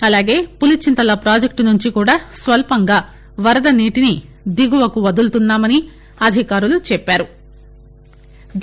అలాగే పులిచింతల పాజెక్టు నుంచి కూడా స్వల్పంగా వరద నీటిని దిగువకు వదులుతున్నామని అధికారులు చెప్పారు